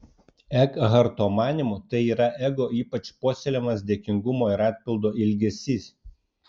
ekharto manymu tai yra ego ypač puoselėjamas dėkingumo ir atpildo ilgesys